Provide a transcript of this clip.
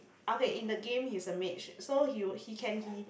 okay in the game he's a mage so he will he can he